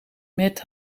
met